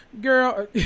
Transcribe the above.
Girl